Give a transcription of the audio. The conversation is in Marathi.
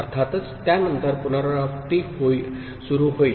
अर्थातच त्यानंतर पुनरावृत्ती सुरू होईल